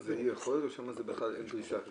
זה אי יכולת או שם זה בכלל אין פריסה?